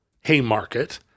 Haymarket